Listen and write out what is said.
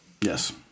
Yes